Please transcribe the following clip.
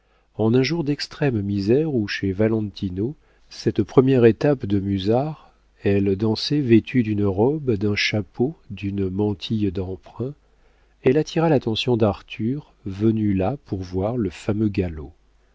en un jour d'extrême misère où chez valentino cette première étape de musard elle dansait vêtue d'une robe d'un chapeau d'un mantille d'emprunt elle attira l'attention d'arthur venu là pour voir le fameux galop